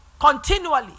continually